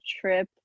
trip